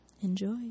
Enjoy